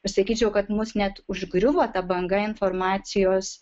pasakyčiau kad mus net užgriuvo ta banga informacijos